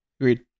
Agreed